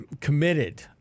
committed